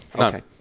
Okay